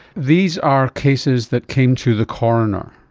these are cases that came to the coroner.